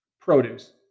Produce